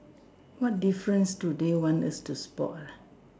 what difference do they want us to spot ah